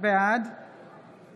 בעד